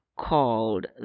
called